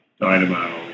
Dynamo